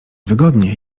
wygodnie